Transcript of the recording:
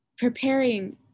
Preparing